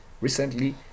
recently